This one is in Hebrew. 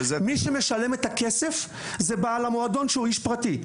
מי שמשלם את הכסף זה בעל המועדון, שהוא איש פרטי.